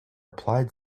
applied